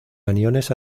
aniones